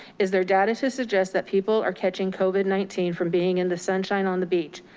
is there data to suggest that people are catching covid nineteen from being in the sunshine on the beach.